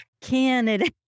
candidate